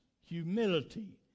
humility